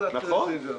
המרכזית.